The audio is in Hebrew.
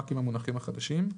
רק עם המונחים החדשים.